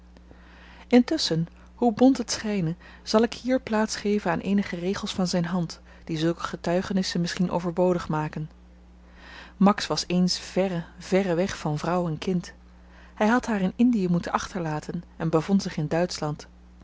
intusschen hoe bont het schyne zal ik hier plaats geven aan eenige regels van zyn hand die zulke getuigenissen misschien overbodig maken max was eens verre verre weg van vrouw en kind hy had haar in indie moeten achterlaten en bevond zich in duitschland